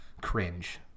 cringe